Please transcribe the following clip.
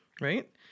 right